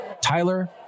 Tyler